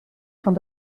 van